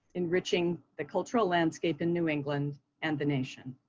enriching the cultural landscape in new england and the nation.